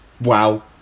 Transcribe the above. Wow